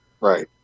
Right